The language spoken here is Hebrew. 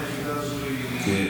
היום היחידה הזו היא תחתיך?